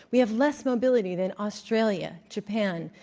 we have less mobility than australia, japan,